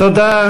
תודה.